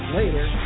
later